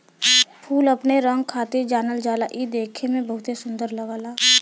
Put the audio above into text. फूल अपने रंग खातिर जानल जाला इ देखे में बहुते सुंदर लगला